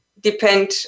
depend